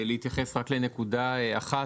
אני מבקש להתייחס רק לנקודה אחת.